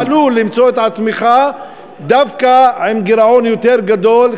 אתה עלול למצוא את עצמך דווקא עם גירעון יותר גדול,